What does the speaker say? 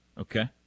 Okay